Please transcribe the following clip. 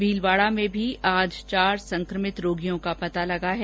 भीलवाडा में भी आज चार संक्रमित लोगों का पता चला है